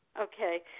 Okay